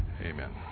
Amen